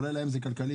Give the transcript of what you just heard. אולי להם זה כלכלי,